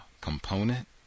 component